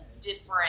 different